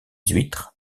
huîtres